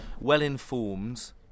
well-informed